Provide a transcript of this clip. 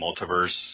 multiverse